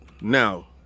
Now